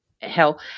hell